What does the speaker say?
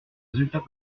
résultats